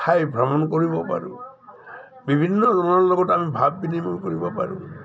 ঠাই ভ্ৰমণ কৰিব পাৰোঁ বিভিন্ন লোকৰ লগত আমি ভাব বিনিময় কৰিব পাৰোঁ